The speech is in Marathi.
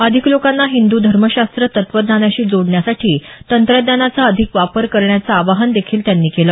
अधिक लोकांना हिंदू धर्मशास्त्र तत्वज्ञानाशी जोडण्यासाठी तंत्रज्ञानाचा अधिक वापर करण्याचं आवाहन देखील त्यांनी केलं